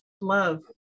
love